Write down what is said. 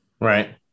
Right